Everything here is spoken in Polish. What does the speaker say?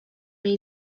jej